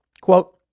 Quote